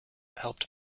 helped